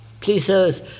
Please